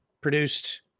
produced